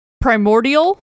Primordial